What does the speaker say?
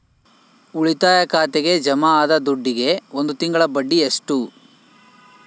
ಉಳಿತಾಯ ಖಾತೆಗೆ ಜಮಾ ಆದ ದುಡ್ಡಿಗೆ ಒಂದು ತಿಂಗಳ ಬಡ್ಡಿ ಎಷ್ಟು?